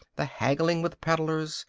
the haggling with peddlers,